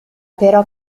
però